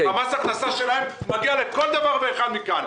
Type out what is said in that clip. מס ההכנסה שלהם מגיע לכל דבר ואחד מכאן.